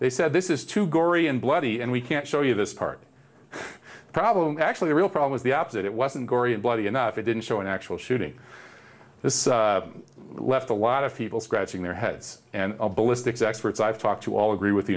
they said this is too gory and bloody and we can't show you this part of the problem actually the real problem is the opposite it wasn't gory and bloody enough it didn't show an actual shooting this left a lot of people scratching their heads and ballistics experts i've talked to all agree with the